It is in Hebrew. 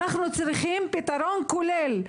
אנחנו צריכים פתרון כולל,